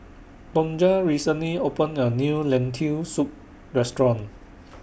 Tonja recently opened A New Lentil Soup Restaurant